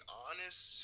honest